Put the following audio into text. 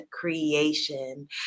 creation